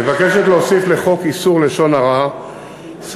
מבקשת להוסיף לחוק איסור לשון הרע סעיף